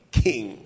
king